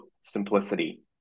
simplicity